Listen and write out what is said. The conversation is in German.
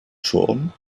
john